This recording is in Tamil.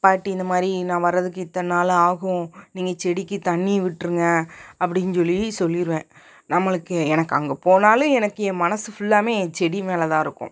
பாட்டி இந்த மாதிரி நான் வரதுக்கு இத்தனை நாள் ஆகும் நீங்கள் செடிக்கு தண்ணி விட்டுருங்க அப்பிடின்னு சொல்லி சொல்லிடுவேன் நம்மளுக்கு எனக்கு அங்கே போனாலே எனக்கு என் மனது ஃபுல்லாமே என் செடி மேலே தான் இருக்கும்